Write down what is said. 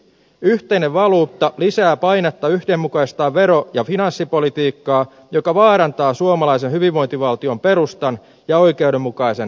yhteinen valuutta lisää painetta yhdenmukaistaa vero ja finanssipolitiikkaa joka vaarantaa suomalaisen hyvinvointivaltion perustan ja oikeudenmukaisen sosiaalipolitiikan